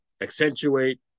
accentuate